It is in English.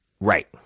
Right